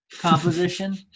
composition